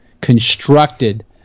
constructed